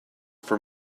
for